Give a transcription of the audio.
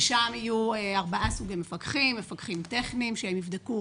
ושם יהיו ארבעה סוגי מפקחים, מפקחים טכניים שיבדקו